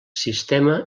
sistema